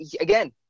Again